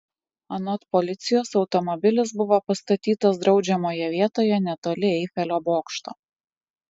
anot policijos automobilis buvo pastatytas draudžiamoje vietoje netoli eifelio bokšto